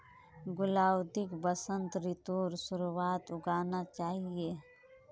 गुलाउदीक वसंत ऋतुर शुरुआत्त उगाना चाहिऐ